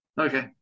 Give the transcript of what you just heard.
okay